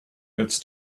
its